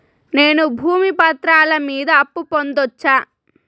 నేను భూమి పత్రాల మీద అప్పు పొందొచ్చా?